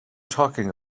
talking